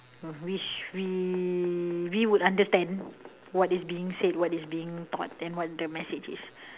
which we we would understand what is being said what is being taught and what the message is